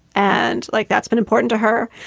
and like, that's been important to her.